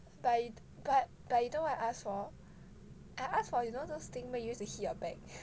but I but but you know what I ask for I ask for you know those thing that you use to hit your back